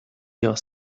your